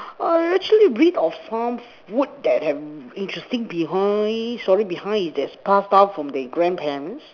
err actually read of some food that have interesting behind story behind is that pass down from their grandparents